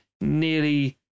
nearly